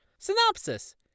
Synopsis